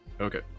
Okay